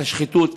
את השחיתות,